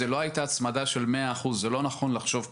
זו לא הייתה הצמדה של 100% וזה לא נכון לחשוב ככה.